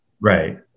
Right